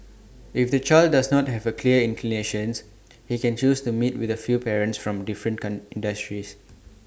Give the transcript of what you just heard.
if the child does not have A clear inclinations he can choose to meet with A few parents from different industries